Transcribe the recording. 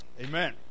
Amen